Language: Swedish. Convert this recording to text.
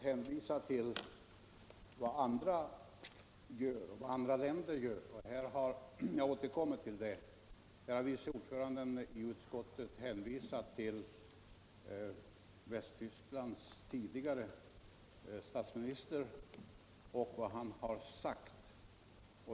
Herr talman! Vad andra personer och andra länder gör - jag återkommer till det. Här har vice ordföranden i utskottet hänvisat till vad Västtysklands tidigare förbundskansler har sagt.